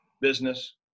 business